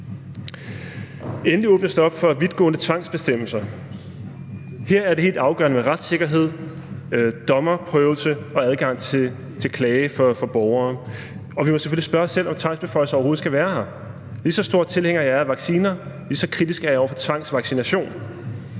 Endelig åbnes der op for vidtgående tvangsbestemmelser. Her er det helt afgørende med retssikkerhed, domstolsprøvelse og adgang til at klage for borgere. Og vi må selvfølgelig spørge os selv, om vi overhovedet skal have tvangsbeføjelser. Lige så stor tilhænger jeg er af vacciner, lige så kritisk er jeg over for tvangsvaccination.